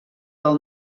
del